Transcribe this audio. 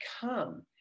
come